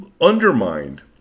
undermined